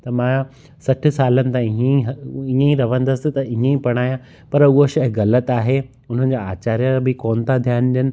त मां सठ सालनि ताईं हीअं ई ईअं ई रहंदसि त ईअं ई पढ़ाया पर उहा शइ ग़लति आहे उन जी आचार्य बि कोन त ध्यानु ॾियनि